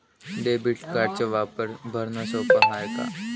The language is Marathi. डेबिट कार्डचा वापर भरनं सोप हाय का?